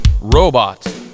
robot